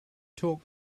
talk